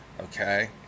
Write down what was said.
Okay